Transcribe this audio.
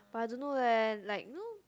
but I don't know leh like no